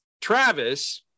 Travis